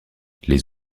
les